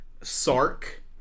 Sark